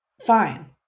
Fine